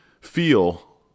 feel